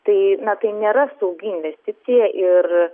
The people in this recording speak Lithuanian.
tai na tai nėra saugi investicija ir